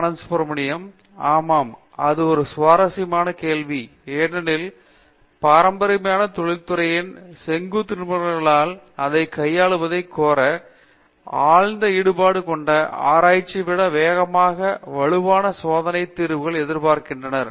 அனந்த சுப்பிரமணியன் ஆமாம் அது ஒரு சுவாரஸ்யமான கேள்வி ஏனெனில் பாரம்பரியமாக தொழிற்துறையினர் செங்குத்து நிபுணர்களால் அதைக் கையாளுவதைக் கோருகின்ற ஆழ்ந்த ஈடுபாடு கொண்ட ஆராய்ச்சி விட வேகமாக வலுவான சோதனை தீர்வுகளை எதிர்பார்க்கிறார்கள்